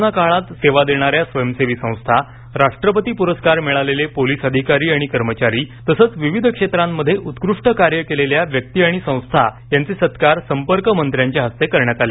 corona काळात सेवा देणाऱ्या स्वयंसेवी संस्था राष्ट्रपती पुरस्कार मिळालेले पोलिस अधिकारी आणि कर्मचारी तसंच विविध क्षेत्रांत उत्कृष्ट कार्य केलेल्या व्यक्ती आणि संस्था यांचे सत्कार संपर्कमंत्र्यांच्या हस्ते करण्यात आले